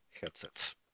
headsets